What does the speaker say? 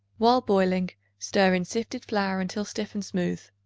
while boiling, stir in sifted flour until stiff and smooth.